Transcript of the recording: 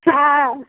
हँ